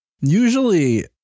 usually